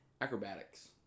Acrobatics